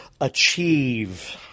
achieve